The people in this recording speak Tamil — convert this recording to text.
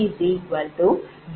30